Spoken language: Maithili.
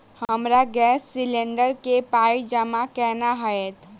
हमरा गैस सिलेंडर केँ पाई जमा केना हएत?